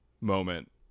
moment